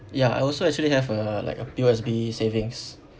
ya I also actually have a like a P_O_S_B savings